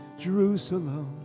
jerusalem